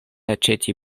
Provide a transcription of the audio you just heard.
aĉeti